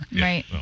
Right